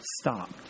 stopped